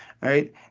right